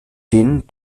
den